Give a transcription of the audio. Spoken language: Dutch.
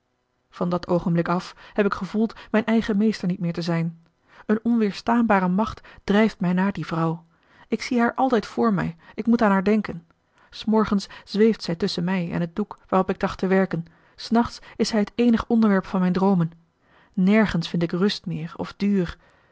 van dat oogenblik af heb ik gevoeld mijn eigen meester niet meer te zijn een onweerstaanbare macht drijft mij naar die vrouw ik zie haar altijd voor mij ik moet aan haar denken s morgens zweeft zij tusschen mij en het doek waarop ik tracht te werken s nachts is zij het eenig onderwerp van mijn droomen nergens vind ik rust meer of duur